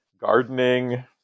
gardening